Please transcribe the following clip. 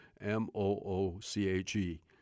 M-O-O-C-H-E